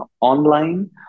online